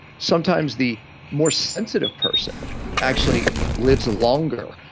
sometimes the more sensitive person actually lives longer